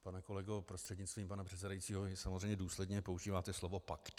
Pane kolego prostřednictvím pana předsedajícího, vy samozřejmě důsledně používáte slovo pakt.